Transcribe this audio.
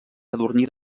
sadurní